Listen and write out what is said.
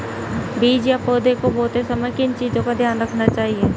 बीज या पौधे को बोते समय किन चीज़ों का ध्यान रखना चाहिए?